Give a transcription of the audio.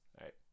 right